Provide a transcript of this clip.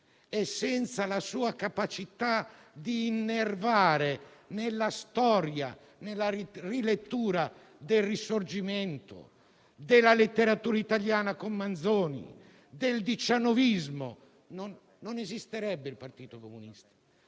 e senza la sua capacità di innervare la storia, la rilettura del Risorgimento, della letteratura italiana con Manzoni, del diciannovismo; senza di essa non esisterebbe il Partito Comunista